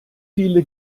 viele